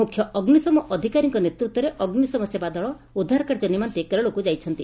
ମୁଖ୍ୟ ଅଗ୍ନିଶମ ଅଧିକାରୀଙ୍ଙ ନେତୂତ୍ୱରେ ଅଗ୍ରିଶମ ସେବା ଦଳ ଉଦ୍ଧାରକାର୍ଯ୍ୟ ନିମନ୍ତେ କେରଳକୁ ଯାଇଛନ୍ତି